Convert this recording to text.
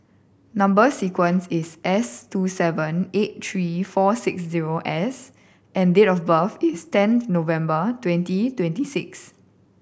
number sequence is S two seven eight three four six zero S and date of birth is ten November twenty twenty six